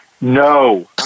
No